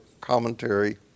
commentary